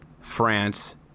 France